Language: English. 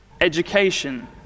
education